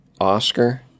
Oscar